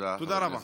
תודה רבה.